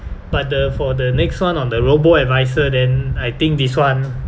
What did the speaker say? but the for the next one on the robo-advisor then I think this one